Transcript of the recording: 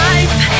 Life